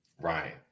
Right